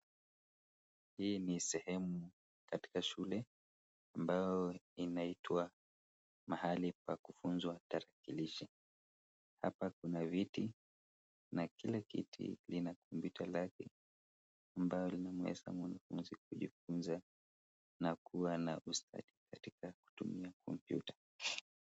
Hii ni sehemu katika shule ambayo inaitwa mahali pa kufunzwa tarakilishi, hapa kuna viti na kila kiti lina kompyuta lake ambayo linamwezesha mwanafunzi kujifunza na kuwa na ustadi katika kutumia kompyuta.